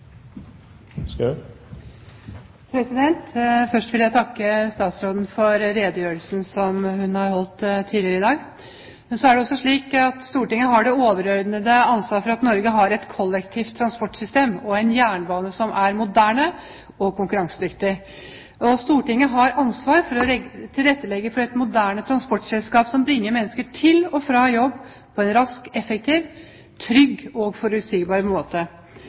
klare. Først vil jeg takke statsråden for redegjørelsen som hun holdt tidligere i dag. Stortinget har det overordnede ansvar for at Norge har et kollektivt transportsystem og en jernbane som er moderne og konkurransedyktig. Stortinget har ansvar for å tilrettelegge for et moderne transportsystem som bringer mennesker til og fra jobb på en rask, effektiv, trygg og forutsigbar måte